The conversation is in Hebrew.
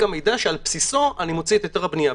המידע שעל בסיסו אני מוציא את היתר הבנייה,